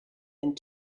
and